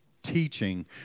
teaching